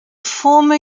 former